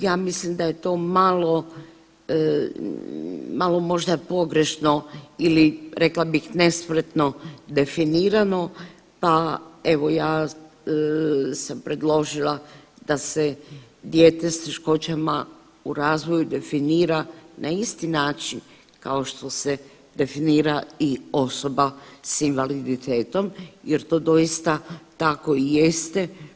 Ja mislim da je to malo možda pogrešno ili rekla bih nespretno definirano, pa evo ja sam predložila da se dijete s teškoćama u razvoju definira na isti način kao što se definira i osoba s invaliditetom jer to doista tako i jeste.